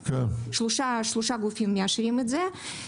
שלושה גופים מאשרים את זה.